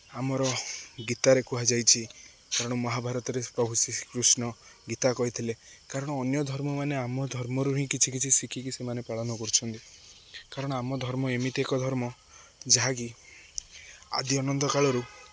ଆମର ଗୀତାରେ କୁହାଯାଇଛି କାରଣ ମହାଭାରତରେ ପ୍ରଭୁ ଶ୍ରୀକୃଷ୍ଣ ଗୀତା କହିଥିଲେ କାରଣ ଅନ୍ୟ ଧର୍ମମାନେ ଆମ ଧର୍ମରୁ ହିଁ କିଛି କିଛି ଶିଖିକି ସେମାନେ ପାଳନ କରୁଛନ୍ତି କାରଣ ଆମ ଧର୍ମ ଏମିତି ଏକ ଧର୍ମ ଯାହାକି ଆଦି ଅନନ୍ତ କାଳରୁ